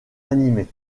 animés